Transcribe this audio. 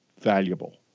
valuable